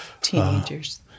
Teenagers